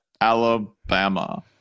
Alabama